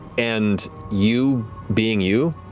and you being you,